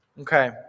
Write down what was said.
Okay